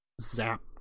zap